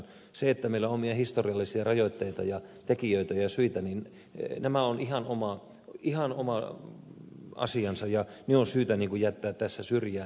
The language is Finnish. se että meillä on omia historiallisia rajoitteita ja tekijöitä ja syitä on ihan oma asiansa ja ne on syytä jättää tässä syrjään